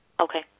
Okay